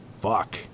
Fuck